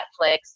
Netflix